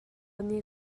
nih